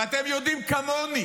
ואתם יודעים כמוני